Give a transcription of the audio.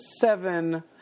Seven